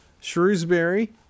shrewsbury